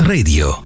Radio